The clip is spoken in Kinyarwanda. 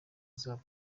azaba